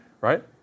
right